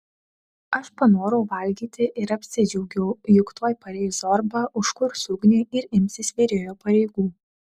aš panorau valgyti ir apsidžiaugiau juk tuoj pareis zorba užkurs ugnį ir imsis virėjo pareigų